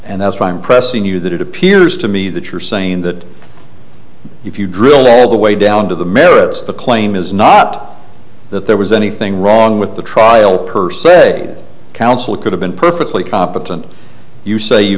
and that's why i'm pressing you that it appears to me that you're saying that if you drilled all the way down to the merits the claim is not that there was anything wrong with the trial per se counsel could have been perfectly competent you say you